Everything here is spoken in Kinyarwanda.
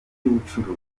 by’ubucuruzi